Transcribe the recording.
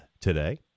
today